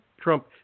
Trump